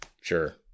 Sure